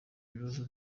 ibibazo